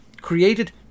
created